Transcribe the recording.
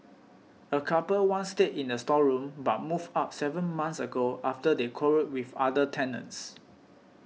a couple once stayed in the storeroom but moved out seven months ago after they quarrelled with other tenants